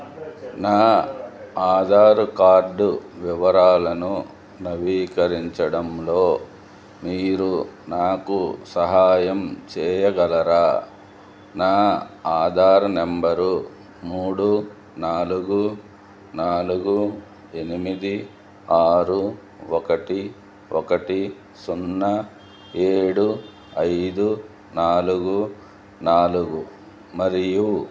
నా ఆధారు కార్డు వివరాలను నవీకరించడంలో మీరు నాకు సహాయం చేయగలరా నా ఆధార్ నెంబరు మూడు నాలుగు నాలుగు ఎనిమిది ఆరు ఒకటి ఒకటి సున్నా ఏడు ఐదు నాలుగు నాలుగు మరియు